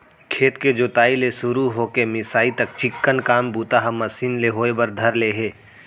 खेत के जोताई ले सुरू हो के मिंसाई तक चिक्कन काम बूता ह मसीन ले होय बर धर ले हे